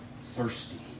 thirsty